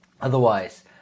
Otherwise